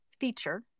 Feature